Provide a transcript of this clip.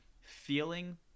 feeling